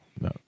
no